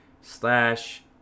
slash